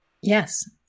Yes